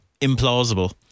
implausible